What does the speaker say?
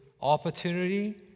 opportunity